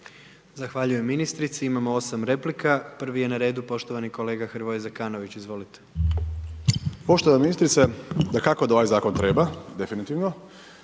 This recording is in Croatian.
Zahvaljujem ministrici. Imamo 8 replika. Prvi je na redu poštovani kolega Hrvoje Zekanović, izvolite. **Zekanović, Hrvoje (HRAST)** Poštovana ministrice, dakako da ovaj zakon treba, definitivno.